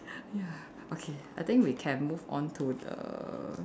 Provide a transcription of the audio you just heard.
ya okay I think we can move on to the